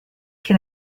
can